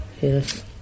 Yes